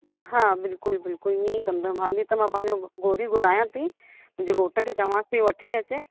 हा बिलकुलु बिलकुलु ईअं ई कंदमि हाली त मां पहिंजो गोरी घुरायां थे मुंहिंजे घोटु खे चवांस ठी वठी अचे